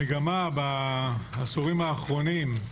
המגמה בעשורים האחרונים,